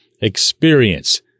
experience